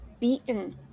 beaten